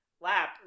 lap